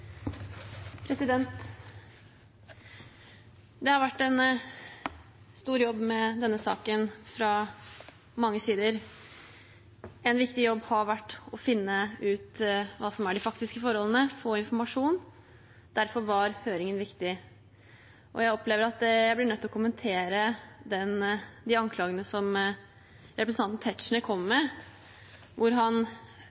framover. Det har vært en stor jobb med denne saken fra mange sider. En viktig jobb har vært å finne ut hva som er de faktiske forholdene, få informasjon. Derfor var høringen viktig. Jeg opplever at jeg blir nødt til å kommentere de anklagene som representanten Tetzschner